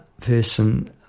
person